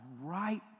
right